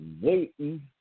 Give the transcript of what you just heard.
waiting